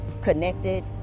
connected